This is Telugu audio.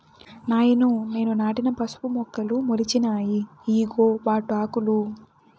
నాయనో నేను నాటిన పసుపు మొక్కలు మొలిచినాయి ఇయ్యిగో వాటాకులు